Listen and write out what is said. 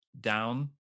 down